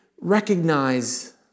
recognize